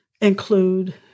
include